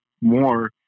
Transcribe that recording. more